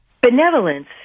Benevolence